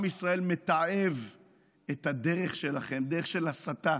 עם ישראל מתעב את הדרך שלכם, דרך של הסתה,